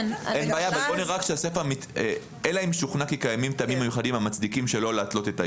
אלא אם שוכנע כי קיימים טעמים מיוחדים המצדיקים לא להתלות את האישור,